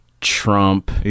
Trump